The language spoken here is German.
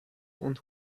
und